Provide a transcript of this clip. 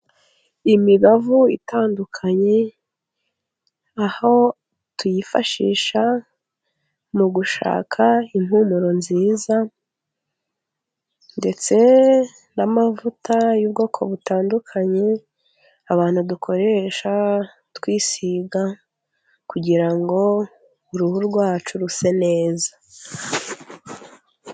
Imibavu itandukanye, aho tuyifashisha mu gushaka impumuro nziza, ndetse n'amavuta y'ubwoko butandukanye abantu dukoresha twisiga, kugirango uruhu rwacu ruse neza.